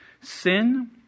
Sin